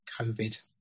COVID